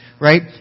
right